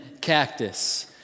cactus